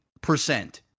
percent